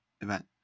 Event